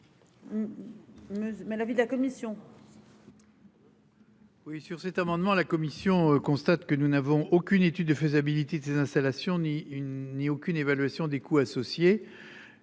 sur cet amendement, la Commission constate que nous n'avons aucune étude de faisabilité de ses installations. Ni une ni aucune évaluation des coûts associés.